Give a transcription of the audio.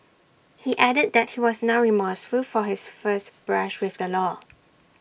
he added that he was now remorseful for his first brush with the law